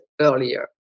earlier